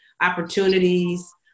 opportunities